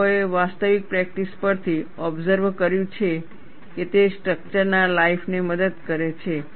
લોકોએ વાસ્તવિક પ્રેક્ટિસ પરથી ઓબસર્વ કર્યું છે કે તે સ્ટ્રક્ચર ના લાઈફ ને મદદ કરે છે